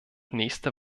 nächste